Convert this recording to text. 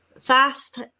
fast